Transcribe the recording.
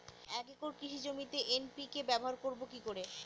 এক একর কৃষি জমিতে এন.পি.কে ব্যবহার করব কি করে?